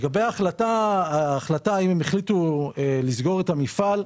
הם החליטו לסגור את המפעל,